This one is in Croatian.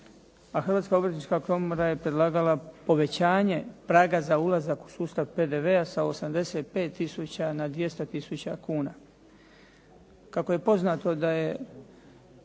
Hrvatska obrtnička komora je predlagala povećanje praga za ulazak u sustav PDV-a sa 85 tisuća na 200 tisuća kuna. Kako je poznato da je